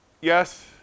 yes